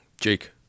Jake